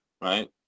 right